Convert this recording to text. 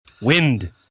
Wind